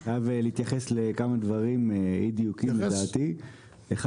אני חייב להתייחס לכמה אי דיוקים: א',